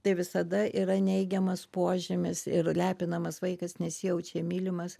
tai visada yra neigiamas požymis ir lepinamas vaikas nesijaučia mylimas